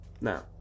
Now